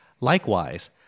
Likewise